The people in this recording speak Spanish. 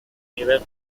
nivel